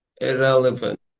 irrelevant